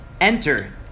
enter